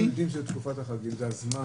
אנחנו יודעים שתקופת החגים זה הזמן